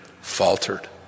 faltered